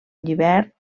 llibert